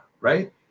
right